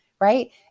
Right